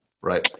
right